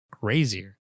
crazier